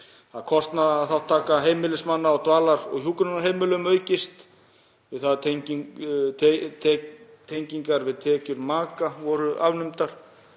að kostnaðarþátttaka heimilismanna á dvalar- og hjúkrunarheimilum aukist við það að tengingar við tekjur maka hafa verið afnumdar.